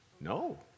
No